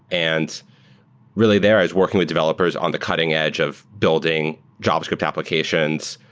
and really there i was working with developers on the cutting edge of building javascript applications,